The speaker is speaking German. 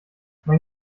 mein